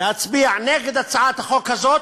להצביע נגד הצעת החוק הזאת,